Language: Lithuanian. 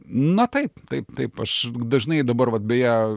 na taip taip taip aš dažnai dabar vat beje